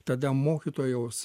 tada mokytojaus